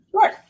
Sure